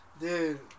dude